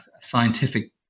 scientific